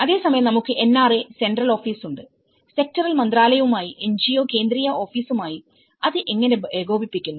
അതേസമയംനമുക്ക് NRA central office ഉണ്ട് sectoral മന്ത്രാലയവുമായും NGO കേന്ദ്ര ഓഫീസുമായും ഇത് എങ്ങനെ ഏകോപിപ്പിക്കുന്നു